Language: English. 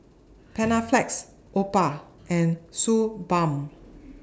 Panaflex Oppo and Suu Balm